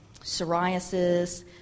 psoriasis